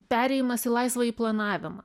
perėjimas į laisvąjį planavimą